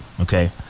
okay